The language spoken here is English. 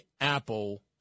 Apple